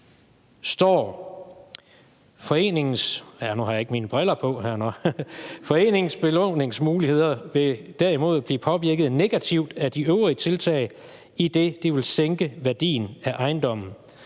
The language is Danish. står: Foreningens belåningsmuligheder vil derimod blive påvirket negativt af de øvrige tiltag, idet de vil sænke værdien af ejendommen.